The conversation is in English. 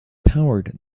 powered